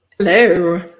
Hello